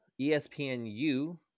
ESPNU